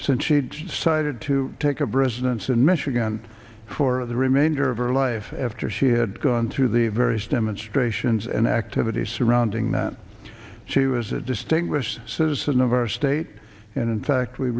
since she'd decided to take a brisance in michigan for the remainder of her life after she had gone through the various demonstrations and activity surrounding that she was a distinguished citizen of our state and in fact we